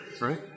right